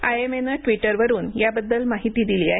आयएमएनं ट्विटरवरुन याबद्दल माहिती दिली आहे